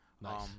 Nice